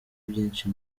byinshi